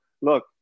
Look